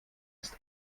ist